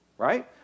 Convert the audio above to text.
Right